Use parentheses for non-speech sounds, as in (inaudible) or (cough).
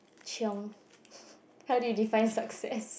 chiong (laughs) how do you define success